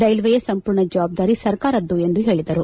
ರೈಲ್ವೆಯ ಸಂಪೂರ್ಣ ಜವಾಬ್ದಾರಿ ಸರ್ಕಾರದ್ದು ಎಂದು ಹೇಳಿದರು